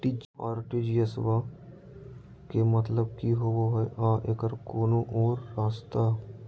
RTGS बा के मतलब कि होबे हय आ एकर कोनो और रस्ता?